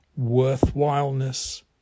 worthwhileness